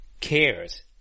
cares